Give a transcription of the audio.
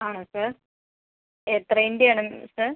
ആണോ സർ എത്രയിന്റെ ആണ് സർ